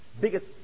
Biggest